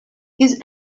his